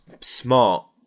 smart